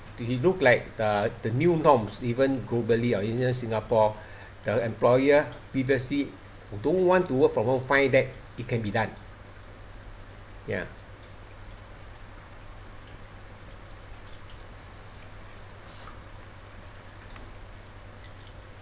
it look like the the new norms even globally or even singapore the employer previously you don't want to work from home find that it can be done ya